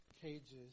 cages